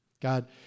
God